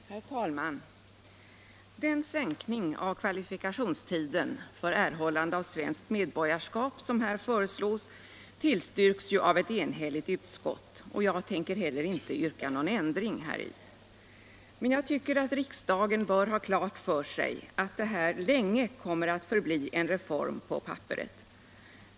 Herr talman! Den sänkning av kvalifikationstiden för erhållande av 125 svenskt medborgarskap som här föreslås tillstyrks av ett enhälligt utskott, och jag tänker inte heller yrka någon ändring häri. Men jag tycker att riksdagen bör ha klart för sig att detta länge kommer att förbli en reform på papperet.